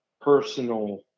personal